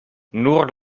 nur